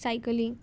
cycling